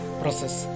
process